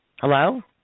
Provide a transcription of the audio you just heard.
Hello